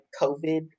COVID